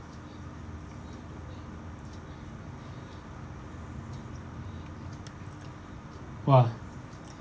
!wah!